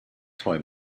toy